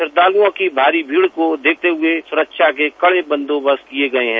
श्रद्वालुओं की भारी भीड़ को देखते हुए सुरक्षा के कड़े बन्दोबस्त किये गये हैं